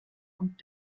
und